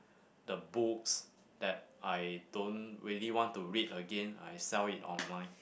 the books that I don't really want to read Again I sell it online